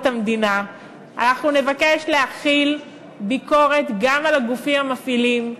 המדינה אנחנו נבקש להחיל ביקורת גם על הגופים המפעילים,